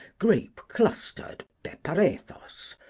grape-clustered peparethos,